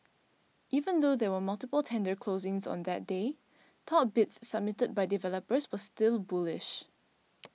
even though there were multiple tender closings on that day top bids submitted by developers were still bullish